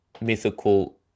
mythical